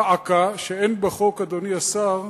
דא עקא, שאין בחוק, אדוני השר,